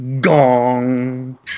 gong